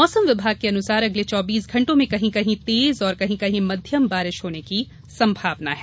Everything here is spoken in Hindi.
मौसम विभाग के अनुसार अगले चौबीस घंटों में कहीं कहीं तेज और कहीं कहीं मध्यम बारिश होने की संभावना है